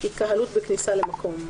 התקהלות בכניסה למקום,